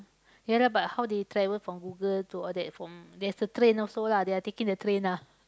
ya lah but how they travel from Google to all that from there's a train also lah they are taking the train ah